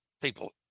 people